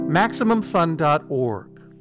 MaximumFun.org